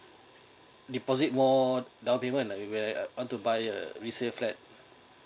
deposit more down payment if I were want to buy a resale flat